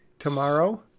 Tomorrow